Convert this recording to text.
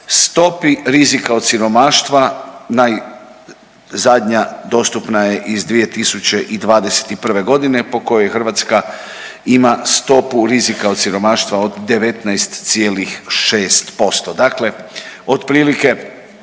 stopi rizika od siromaštva, najzadnja dostupna je iz 2021. g. po kojoj Hrvatska ima stopu rizika od siromaštva od 19,6%.